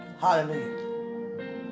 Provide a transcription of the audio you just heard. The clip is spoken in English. Hallelujah